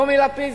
טומי לפיד,